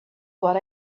what